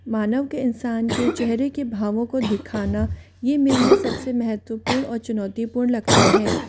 मानव के इंसान के चेहरे के भावों को दिखाना ये मेरे लिए सब से महत्वपूर्ण और चुनौतीपूर्ण लगता है